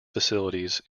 facilities